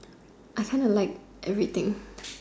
I kind of like everything